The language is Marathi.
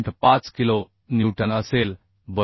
5 किलो न्यूटन असेल बरोबर